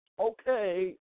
okay